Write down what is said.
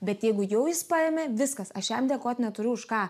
bet jeigu jau jis paėmė viskas aš jam dėkoti neturiu už ką